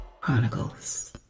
Chronicles